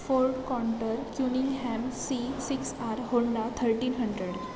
ford contour cumin ham C six R Honda thirteen hundred